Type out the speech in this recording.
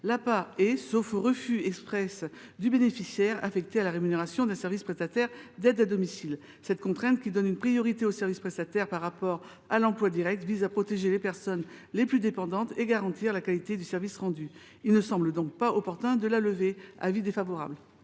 (APA) est, sauf refus exprès du bénéficiaire, affectée à la rémunération d’un service prestataire d’aide à domicile. Cette contrainte, qui donne une priorité aux services prestataires par rapport à l’emploi direct, vise à protéger les personnes les plus dépendantes tout en garantissant la qualité du service rendu. Il ne semble pas opportun de la lever. La